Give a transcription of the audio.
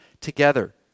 together